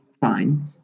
fine